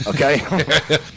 Okay